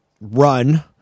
run